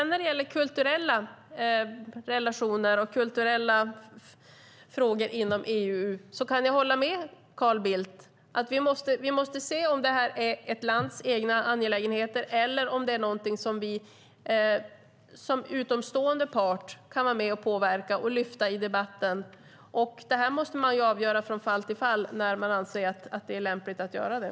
När det gäller kulturella relationer och kulturella frågor inom EU kan jag hålla med Carl Bildt om att vi måste se om det är fråga om ett lands egna angelägenheter eller någonting som vi som utomstående part kan vara med och påverka och lyfta upp i debatten. Det måste avgöras från fall till fall, det vill säga när man anser att det är lämpligt att göra det.